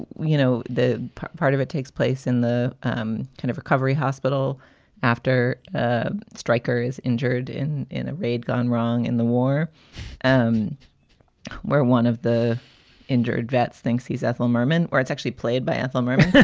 you know, the part part of it takes place in the um kind of recovery hospital after ah stryker is injured in in a raid gone wrong in the war um where where one of the injured vets thinks he's ethel merman or it's actually played by ethel merman.